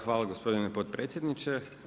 Hvala gospodine potpredsjedniče.